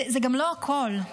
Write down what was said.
זה גם לא הכול.